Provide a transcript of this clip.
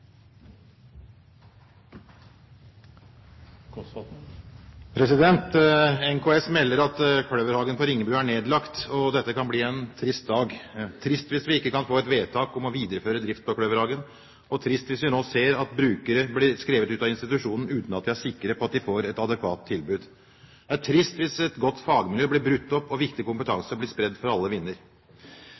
nedlagt. Dette kan bli en trist dag – trist, hvis vi ikke kan få et vedtak om å videreføre drift ved Kløverhagen, og trist, hvis vi nå ser at brukere blir skrevet ut av institusjonen, uten at vi er sikre på at de får et adekvat tilbud. Det er trist hvis et godt fagmiljø blir brutt opp og viktig kompetanse blir spredd for alle